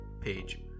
page